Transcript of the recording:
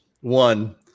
One